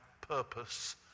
purpose